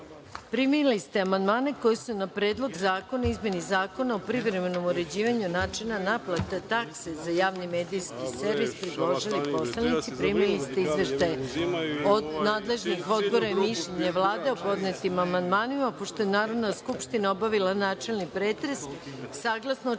celini. Primili ste amandmane koje su na Predlog zakona o izmeni Zakona o privremenom uređivanju načina naplate takse za javni medijski servis predložili poslanici. Primili ste izveštaje nadležnih odbora i mišljenje Vlade o podnetim amandmanima. Pošto je Narodna skupština obavila načelni pretres, saglasno članu